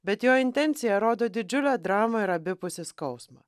bet jo intencija rodo didžiulę dramą ir abipusį skausmą